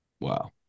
Wow